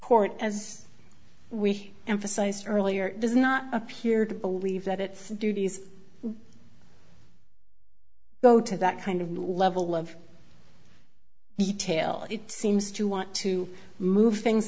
court as we emphasized earlier does not appear to believe that its duties go to that kind of level of detail it seems to want to move things